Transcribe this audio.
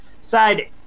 Side